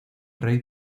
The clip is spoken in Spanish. rey